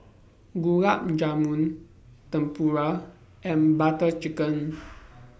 Gulab Jamun Tempura and Butter Chicken